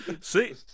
See